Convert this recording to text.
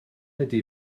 ydy